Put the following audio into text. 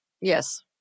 Yes